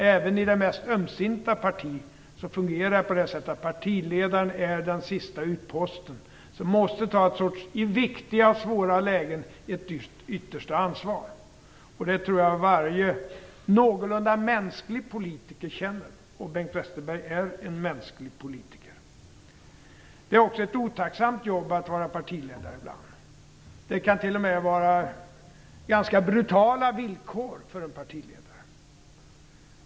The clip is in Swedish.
Även i det mest ömsinta parti fungerar det på det sättet att partiledaren är den sista utposten, som i viktiga och svåra lägen måste ta ett yttersta ansvar. Det tror jag att varje någorlunda mänsklig politiker känner, och Bengt Westerberg är en mänsklig politiker. Det är också ett otacksamt jobb att vara partiledare ibland. Det kan till och med vara ganska brutala villkor.